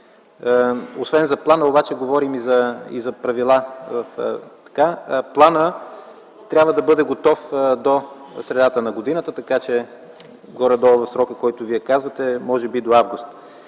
Освен за плана, обаче говорим и за правила. Планът трябва да бъде готов до средата на годината, така че горе-долу в срока, който Вие казвате – може би до м. август.